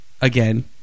again